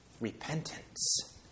repentance